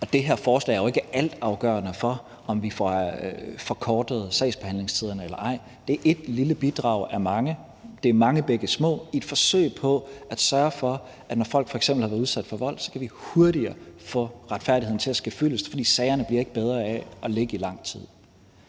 Det her forslag er jo ikke altafgørende for, om vi får forkortet sagsbehandlingstiderne eller ej. Det er ét lille bidrag af mange. Det er mange bække små i et forsøg på at sørge for, at når folk f.eks. har været udsat for vold, kan vi hurtigere få retfærdigheden til at ske fyldest, for sagerne bliver ikke bedre af at ligge i lang tid.